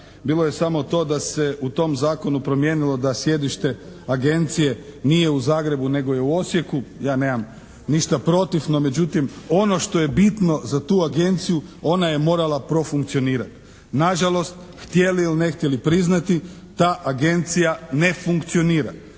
bilo je samo to da se u tom zakonu promijenilo da sjedište agencije nije u Zagrebu nego je u Osijeku, ja nemam ništa protiv, no međutim ono što je bitno za tu agenciju ona je morala profunkcionirati. Na žalost htjeli ili ne htjeli priznati ta agencija ne funkcionira.